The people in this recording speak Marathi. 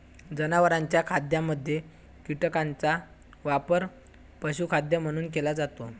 जनावरांच्या खाद्यामध्ये कीटकांचा वापर पशुखाद्य म्हणून केला जातो